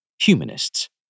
humanists